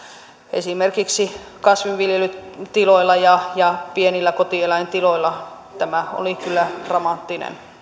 esimerkiksi kasvinviljelytiloilla ja ja pienillä kotieläintiloilla tämä oli kyllä dramaattinen